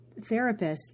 therapists